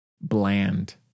bland